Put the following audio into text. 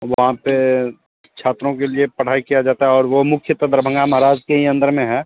वहाँ पर छात्रों के लिए पढ़ाई किया जाता है और वो मुख्यतः दरभंगा महाराज के ही अंदर में है